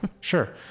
Sure